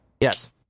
yes